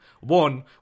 One